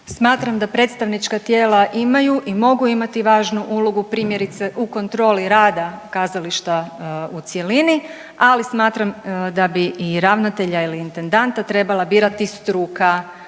Smatram da predstavnička tijela imaju i mogu imati važnu ulogu primjerice u kontroli rada kazališta u cjelini, ali smatram da bi i ravnatelja ili intendanta trebala birati struka,